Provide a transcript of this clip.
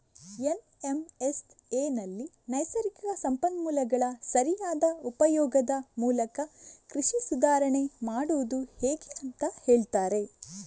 ಎನ್.ಎಂ.ಎಸ್.ಎನಲ್ಲಿ ನೈಸರ್ಗಿಕ ಸಂಪನ್ಮೂಲಗಳ ಸರಿಯಾದ ಉಪಯೋಗದ ಮೂಲಕ ಕೃಷಿ ಸುಧಾರಾಣೆ ಮಾಡುದು ಹೇಗೆ ಅಂತ ಹೇಳ್ತಾರೆ